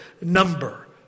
number